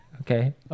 Okay